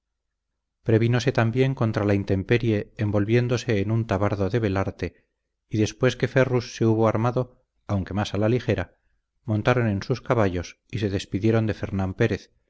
alta jerarquía prevínose también contra la intemperie envolviéndose en un tabardo de velarte y después que ferrus se hubo armado aunque más a la ligera montaron en sus caballos y se despidieron de fernán pérez